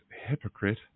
Hypocrite